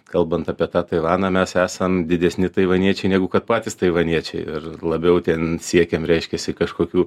kalbant apie tą taivaną mes esam didesni taivaniečiai negu kad patys taivaniečiai ir labiau ten siekėm reiškiasi kažkokių